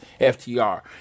FTR